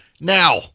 Now